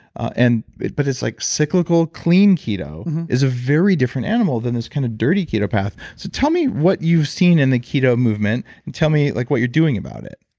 and but it's like cyclical clean keto is a very different animal than this kind of dirty keto path. so tell me what you've seen in the keto movement and tell me like what you're doing about it.